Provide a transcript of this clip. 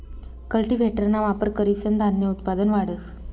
कल्टीव्हेटरना वापर करीसन धान्य उत्पादन वाढस